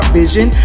vision